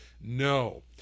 No